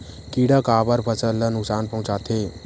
किड़ा काबर फसल ल नुकसान पहुचाथे?